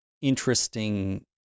interesting